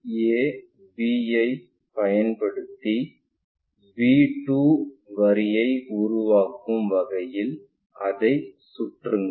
a b ஐப் பயன்படுத்தி b 2 வரிகளை உருவாக்கும் வகையில் அதைச் சுழற்றுங்கள்